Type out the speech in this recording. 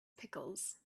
pickles